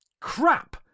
crap